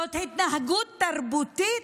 זאת התנהגות תרבותית?